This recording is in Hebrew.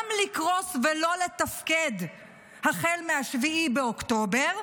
גם לקרוס ולא לתפקד החל מ-7 באוקטובר,